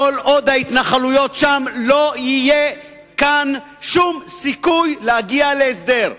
כל עוד ההתנחלויות שם לא יהיה כאן שום סיכוי להגיע להסדר.